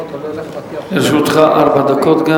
לרשותך ארבע דקות.